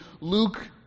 luke